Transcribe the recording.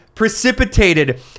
precipitated